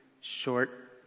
short